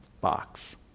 box